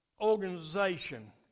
organization